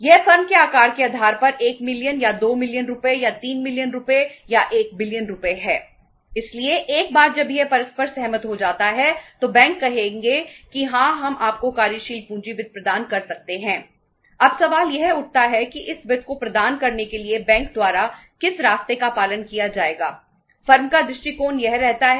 यह फर्म के आकार के आधार पर 1 मिलियन या 2 मिलियन रुपये या 3 मिलियन रुपये या 1 बिलियन है